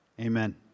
Amen